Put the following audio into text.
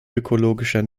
ökologischer